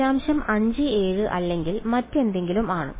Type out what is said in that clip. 57 അല്ലെങ്കിൽ മറ്റെന്തെങ്കിലും ആണ്